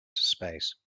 space